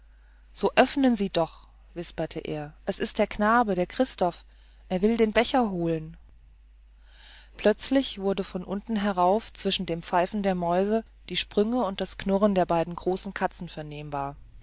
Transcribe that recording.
so öffnen sie doch wisperte er es ist der knabe der christoph er will den becher holen plötzlich wurden von unten herauf zwischen dem pfeifen der mäuse die sprünge und das knurren der beiden großen katzen vernehmbar